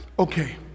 Okay